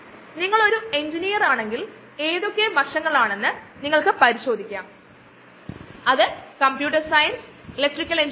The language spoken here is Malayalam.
അതിനാൽ സ്റ്റെയിൻലെസ് സ്റ്റീൽ അല്ലെങ്കിൽ ബയോ റിയാക്ടർ നിർമ്മാണത്തിനായി ഉപയോഗിക്കുന്ന ഉചിതമായ വസ്തുക്കൾക്ക് പകരം നമുക്ക് ഡിസ്പോസിബിൾ പ്ലാസ്റ്റിക് പാത്രങ്ങൾ ഉപയോഗിക്കാം